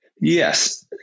Yes